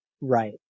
Right